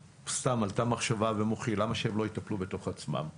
עלתה מחשבה במוחי: למה שהתאגידים לא יטפלו בעצמם בעבירות?